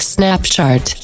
Snapchat